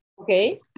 Okay